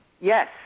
Yes